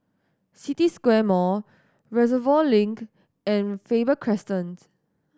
City Square Mall Reservoir Link and Faber Crescent